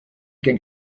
can